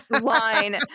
line